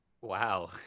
Wow